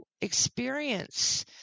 experience